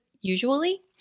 usually